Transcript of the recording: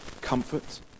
comfort